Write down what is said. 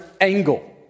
angle